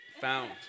found